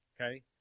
Okay